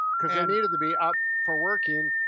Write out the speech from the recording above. cause they need it to be up for working,